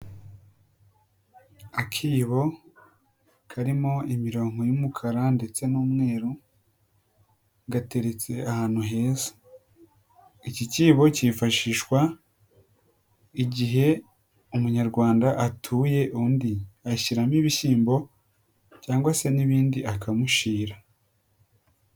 Akibo karimo imirongo y'umukara ndetse n'umweru, gateretse ahantu heza, iki kibo kifashishwa igihe Umunyarwanda atuye undi, ashyiramo ibishyimbo cyangwa se n'ibindi akamushira.